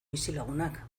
bizilagunak